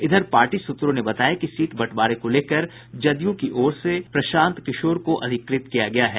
इधर पार्टी सूत्रों ने बताया कि सीट बंटवारे को लेकर जदयू की ओर से प्रशांत किशोर को अधिकृत किया गया है